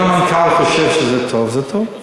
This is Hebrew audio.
אם המנכ"ל חושב שזה טוב, זה טוב.